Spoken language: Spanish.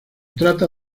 trata